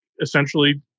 essentially